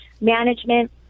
management